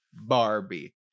Barbie